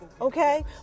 Okay